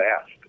asked